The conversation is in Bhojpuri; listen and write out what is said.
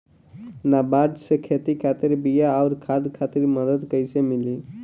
नाबार्ड से खेती खातिर बीया आउर खाद खातिर मदद कइसे मिली?